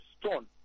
stone